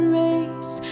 race